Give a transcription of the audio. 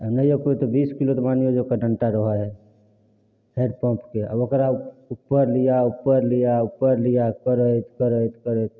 तब नहियो कोइ तऽ बीस किलो मानियौ तऽ ओकर डण्डा रहय हइ हेडपम्पके आब ओकरा उपर ले आउ उपर ले आउ उपर ले आउ उपर ले आउ करैत करैत करैत